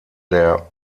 der